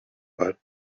but